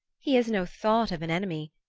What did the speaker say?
he has no thought of an enemy,